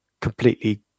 completely